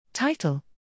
title